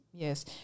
Yes